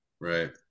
Right